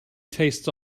tastes